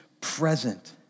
present